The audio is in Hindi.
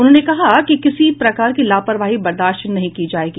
उन्होंने कहा कि किसी प्रकार की लापरवाही बर्दास्त नहीं की जायेगी